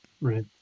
Right